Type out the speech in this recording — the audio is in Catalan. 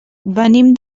venim